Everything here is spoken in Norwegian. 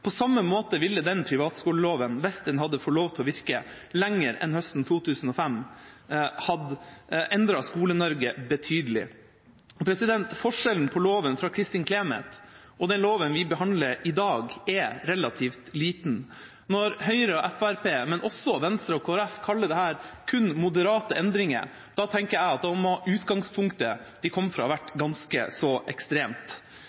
På samme måte ville den privatskoleloven, hvis den hadde fått lov til å virke lenger enn høsten 2005, endret Skole-Norge betydelig. Forskjellen på loven fra Kristin Clemet og den loven vi behandler i dag, er relativt liten. Når Høyre og Fremskrittspartiet, men også Venstre og Kristelig Folkeparti, kaller dette «kun moderate endringer», tenker jeg at da må utgangspunktet de kom fra, vært ganske så ekstremt.